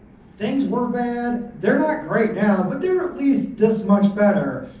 things were bad, they're not great now but they're at least this much better.